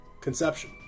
conception